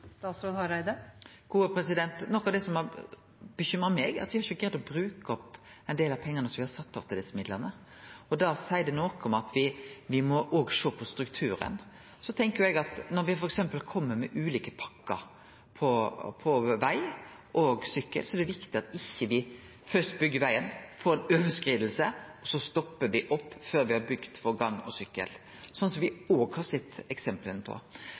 Noko av det som har bekymra meg, er at me ikkje har greidd å bruke opp ein del av dei pengane som me har sett av til dette, og da seier det noko om at me òg må sjå på strukturen. Så tenkjer eg at når me f.eks. kjem med ulike pakkar for veg og sykkelveg, er det viktig at me ikkje først byggjer vegen, får ei overskriding, og så stoppar me opp før me har bygd gang- og sykkelveg, sånn som me òg har sett eksempel på.